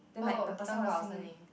oh 中国好声音